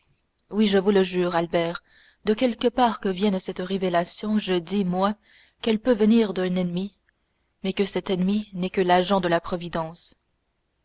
oui je vous le jure albert de quelque part que vienne cette révélation je dis moi qu'elle peut venir d'un ennemi mais que cet ennemi n'est que l'agent de la providence